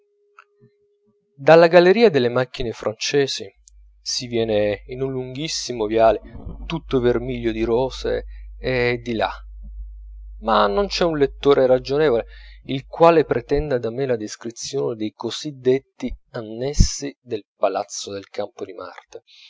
dalla galleria delle macchine francesi si viene in un lunghissimo viale tutto vermiglio di rose e di là ma non c'è un lettore ragionevole il quale pretenda da me la descrizione dei così detti annessi del palazzo del campo di marte